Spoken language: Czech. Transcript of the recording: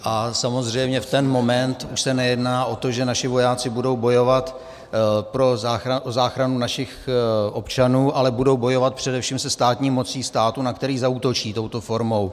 A samozřejmě v ten moment už se nejedná o to, že naši vojáci budou bojovat o záchranu našich občanů, ale budou bojovat především se státní mocí státu, na který zaútočí touto formou.